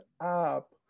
up